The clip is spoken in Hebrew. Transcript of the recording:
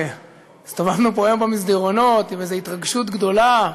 הסתובבנו פה היום במסדרונות עם איזו התרגשות גדולה.